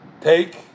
take